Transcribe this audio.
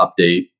update